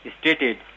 stated